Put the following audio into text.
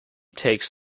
takes